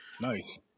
Nice